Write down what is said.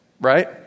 right